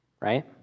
Right